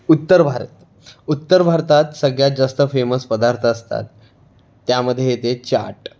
उत्तर भारत उत्तर भारतात सगळ्यात जास्त फेमस पदार्थ असतात त्यामध्ये येते चाट